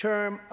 term